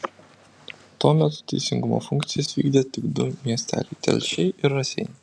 tuo metu teisingumo funkcijas vykdė tik du miesteliai telšiai ir raseiniai